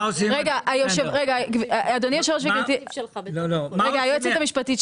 היועצת המשפטית,